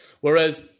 Whereas